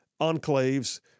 enclaves